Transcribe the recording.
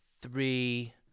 three